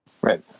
right